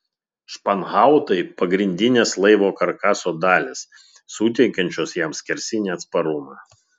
španhautai pagrindinės laivo karkaso dalys suteikiančios jam skersinį atsparumą